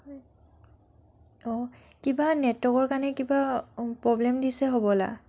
হয় অঁ কিবা নেটৱৰ্কৰ কাৰণে কিবা প্ৰ'ব্লেম দিছে হ'বলা